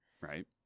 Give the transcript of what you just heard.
Right